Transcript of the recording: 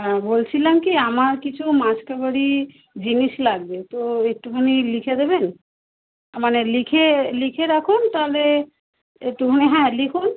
হ্যাঁ বলছিলাম কি আমার কিছু মাস কাবারীর জিনিস লাগবে তো একটুখানি লিখে দেবেন আ মানে লিখে লিখে রাখুন তাহলে একটুখানি হ্যাঁ লিখুন